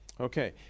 Okay